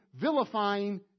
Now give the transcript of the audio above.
vilifying